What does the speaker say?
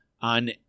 on